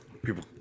People